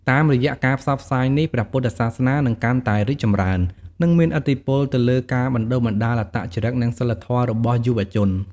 តាមរយៈការផ្សព្វផ្សាយនេះ ព្រះពុទ្ធសាសនានឹងកាន់តែរីកចម្រើន និងមានឥទ្ធិពលទៅលើការបណ្តុះបណ្តាលអត្តចរិត និងសីលធម៌របស់យុវជន។